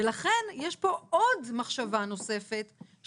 ולכן יש פה עוד מחשבה נוספת -- שחלה עלינו.